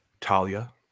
Talia